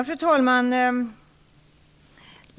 Fru talman!